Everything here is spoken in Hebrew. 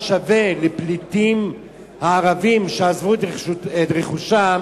שווה לפליטים הערבים שעזבו את רכושם